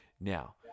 Now